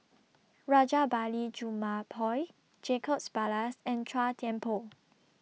Rajabali Jumabhoy Jacob Ballas and Chua Thian Poh